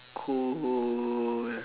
cool